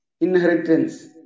inheritance